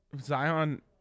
Zion